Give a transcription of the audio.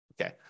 Okay